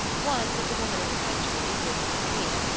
one was a woman in the country who had not seen it,